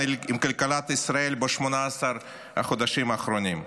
עם כלכלת ישראל ב-18 החודשים האחרונים.